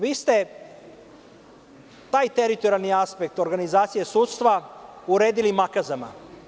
Vi ste taj teritorijalni aspekt organizacije sudstva uredili makazama.